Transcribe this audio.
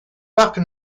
parc